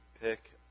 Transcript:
pick